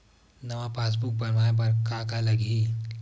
नवा पासबुक बनवाय बर का का लगही?